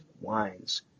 wines